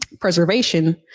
preservation